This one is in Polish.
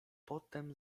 potem